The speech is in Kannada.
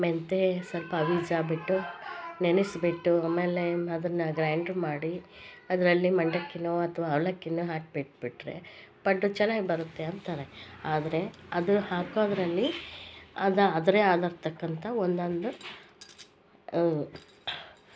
ಮೆಂತೆ ಸ್ವಪ್ಪ ಅವಿಜಾಬಿಟ್ಟು ನೆನೆಸ್ಬಿಟ್ಟು ಅಮೇಲೆ ಅದ್ನ ಗ್ರೈಂಡ್ರ್ ಮಾಡಿ ಅದರಲ್ಲಿ ಮಂಡಕ್ಕಿನೋ ಅಥವಾ ಅವಲಕ್ಕಿನೋ ಹಾಕ್ಬಿಟ್ಬಿಟ್ಟರೆ ಪಡ್ಡು ಚೆನ್ನಾಗಿ ಬರುತ್ತೆ ಅಂತಾರೆ ಆದರೆ ಅದು ಹಾಕೋದರಲ್ಲಿ ಆದರೆ ಆಗರ್ತಕ್ಕಂಥ ಒಂದೊಂದು